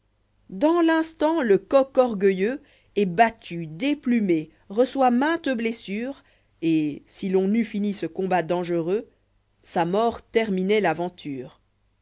dans l'instant le coq orgueilleux test battu déplumé reçoit mainte blessure et si l'on n'eût fini ce combat dangereux sa mort terminoit l'aventure